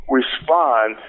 respond